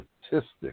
statistics